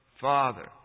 father